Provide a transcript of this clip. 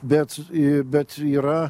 bet į bet yra